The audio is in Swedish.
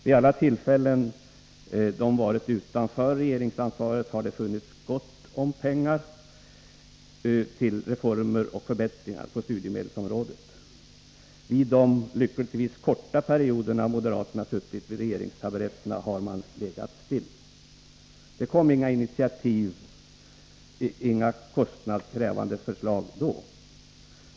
Vid alla tillfällen då de varit utanför regeringsansvaret har det funnits gott om pengar till reformer och förbättringar på studiemedelsområdet. Under de, lyckligtvis korta, perioder då moderaterna suttit på regeringstaburetterna har de hållit sig stilla. Då kom inga initiativ, inga kostnadskrävande förslag.